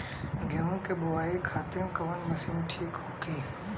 गेहूँ के बुआई खातिन कवन मशीन ठीक होखि?